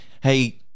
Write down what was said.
Hey